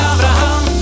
Abraham